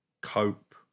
cope